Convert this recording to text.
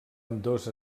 ambdós